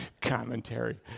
Commentary